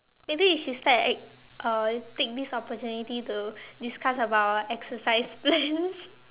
maybe we should start ex~ uh take this opportunity to discuss about our exercise plans